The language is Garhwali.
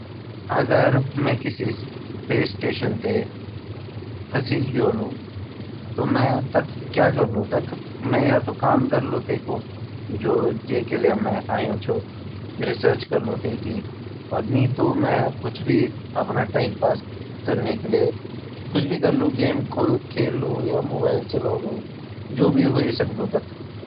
अगर मैं किसी स्पेस स्टेशन ते फांसी जोलु मैं ताख क्या कलू ताख या ता मैं काम करलु तेकू जे के लिए मैं आयु छो रसेअर्च करलु तिकी नि तो मैं भी अपना टाइम पास करने के लिए कुछ भी करलू गेम खेलु या ता मोबाइल चालोलु मतलब जु भी वे सकदु तख।